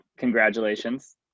Congratulations